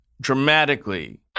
dramatically